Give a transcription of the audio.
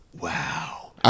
Wow